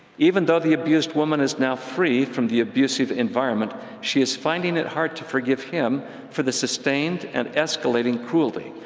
even though the abused woman is now free from the abusive environment, she is finding it hard to forgive him for the sustained and escalating cruelty.